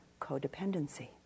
codependency